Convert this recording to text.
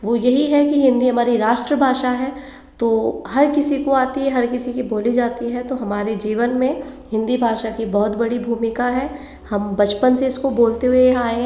वो यही है कि हिंदी हमारी राष्ट्र भाषा है तो हर किसी को आती है हर किसी की बोली जाती है तो हमारे जीवन में हिंदी भाषा की बहुत बड़ी भूमिका है हम बचपन से इसको बोलते हुए यहाँ आए